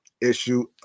issue